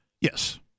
yes